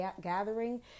gathering